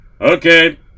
Okay